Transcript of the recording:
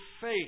faith